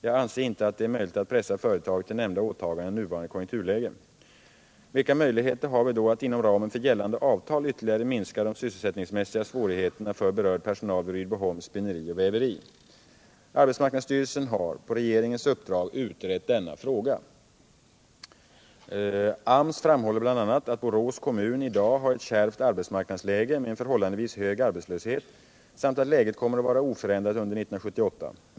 Jag anser inte att det är möjligt att pressa företaget till nämnda åtagande i nuvarande konjunkturläge. Vilka möjligheter har vi då att inom ramen för gällande avtal ytterligare minska de sysselsättningsmässiga svårigheterna för berörd personal vid Rydboholms spinneri och väveri? Arbetsmarknadsstyrelsen har på regeringens uppdrag utrett denna fråga. AMS framhåller bl.a. att Borås kommun i dag har ett kärvt arbetsmarknadsläge med en förhållandevis hög arbetslöshet samt att läget kommer att vara oförändrat under 1978.